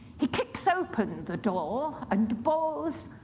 he kicks open the door and bawls,